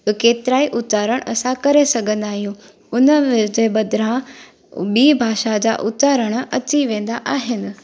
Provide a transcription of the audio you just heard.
केतिरा ई उचारण असां करे सघंदा आहियूं उन जे बदिरां ॿी भाषा जा उचारण अची वेंदा आहिनि